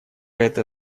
эта